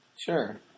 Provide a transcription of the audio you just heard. Sure